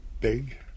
big